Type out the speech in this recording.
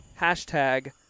hashtag